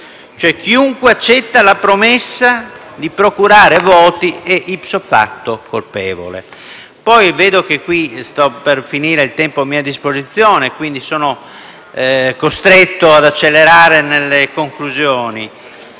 cioè chiunque accetta la promessa di procurare voti è *ipso facto* colpevole. Vedo che sto per finire il tempo a mia disposizione e quindi sono costretto ad accelerare per giungere alle conclusioni,